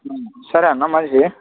సరే అన్న